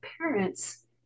parents